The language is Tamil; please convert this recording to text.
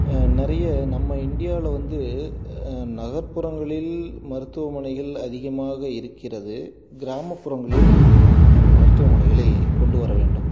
நிறைய நம்ம இந்தியாவில் வந்து நகர்ப்புறங்களில் மருத்துவமனைகள் அதிகமாக இருக்கிறது கிராமப்புறங்களில் மருத்துவமனைகளை கொண்டு வர வேண்டும்